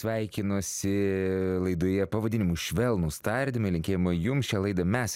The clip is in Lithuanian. sveikinuosi laidoje pavadinimu švelnūs tardymai linkėjimai jums šią laidą mes